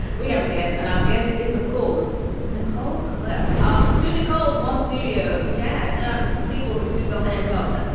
we have a guest and our guest is, of course, nicole cliff. ah to nicole's one studio. yes. yeah the sequel to two girls one cup.